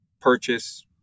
purchase